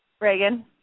Reagan